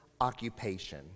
occupation